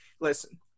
listen